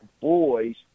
boys